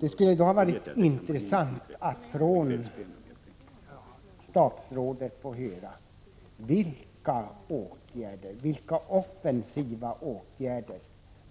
Det skulle därför ha varit intressant att från statsrådet ha fått höra vilka offensiva åtgärder